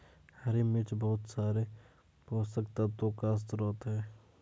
हरी मिर्च बहुत सारे पोषक तत्वों का स्रोत है